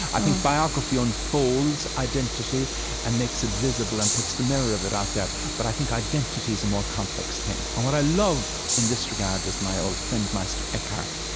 i think biography unfolds identity and makes it visible and puts the mirror of it out there, but i think identity is a more complex thing. and what i love in this regard is my old friend meister eckhart,